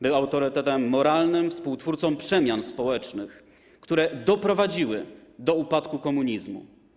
Był autorytetem moralnym, współtwórcą przemian społecznych, które doprowadziły do upadku komunizmu.